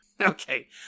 Okay